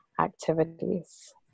activities